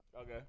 Okay